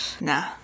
Nah